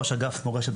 ראש אגף מורשת,